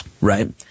right